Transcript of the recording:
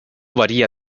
varía